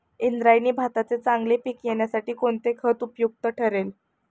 इंद्रायणी भाताचे चांगले पीक येण्यासाठी कोणते खत उपयुक्त ठरेल?